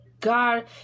God